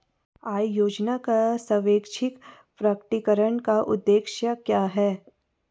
आय योजना का स्वैच्छिक प्रकटीकरण का उद्देश्य क्या था?